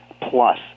plus